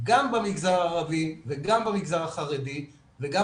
גם במגזר הערבי וגם במגר החרדי וגם